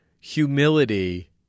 humility